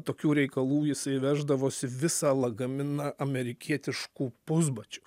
tokių reikalų jisai veždavosi visą lagaminą amerikietiškų pusbačių